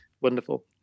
wonderful